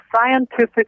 scientific